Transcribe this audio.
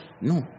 no